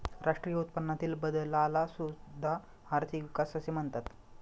राष्ट्रीय उत्पन्नातील बदलाला सुद्धा आर्थिक विकास असे म्हणतात